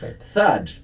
Third